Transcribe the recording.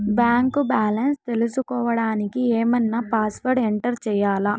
Bank balance తెలుసుకోవడానికి ఏమన్నా password enter చేయాలా?